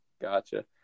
Gotcha